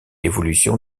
évolution